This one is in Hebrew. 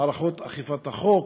מערכות אכיפת החוק: